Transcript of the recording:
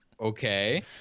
okay